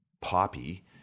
poppy